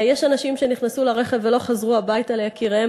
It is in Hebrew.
יש אנשים שנכנסו לרכב ולא חזרו הביתה ליקיריהם